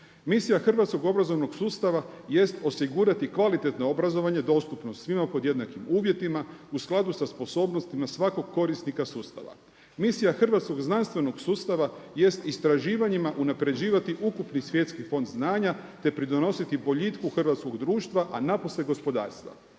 „Misija hrvatskog obrazovnog sustava jest osigurati kvalitetno obrazovanje dostupno svima pod jednakim uvjetima u skladu sa sposobnostima svakog korisnika sustava. Misija hrvatskog znanstvenog sustava jest istraživanjima unapređivati ukupni svjetski fond znanja te pridonositi boljitku hrvatskog društva, a napose gospodarstva.